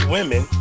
Women